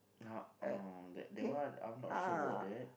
uh oh that that one I'm not sure about that